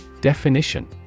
Definition